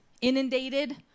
inundated